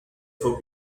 for